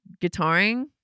guitaring